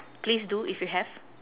please do if you have